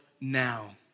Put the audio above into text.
now